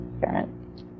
parent